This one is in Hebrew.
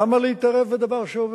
למה להתערב בדבר שעובד?